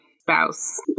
spouse